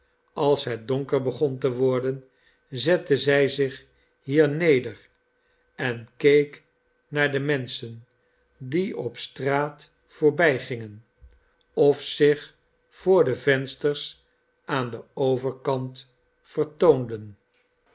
als het donker begon te worden zette zij zich hier neder en keek naar de menschen die op straat voorbijgingen of zich voor de vensters aan den overkant vertoonden